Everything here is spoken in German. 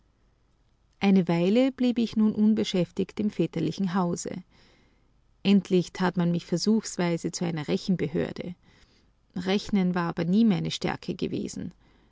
eine weile blieb ich nun unbeschäftigt im väterlichen hause endlich tat man mich versuchsweise zu einer rechenbehörde rechnen war aber nie meine stärke gewesen